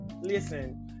Listen